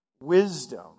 Wisdom